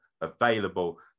available